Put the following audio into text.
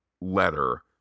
letter